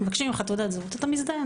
מבקשים ממך תעודת זהות אתה מזדהה.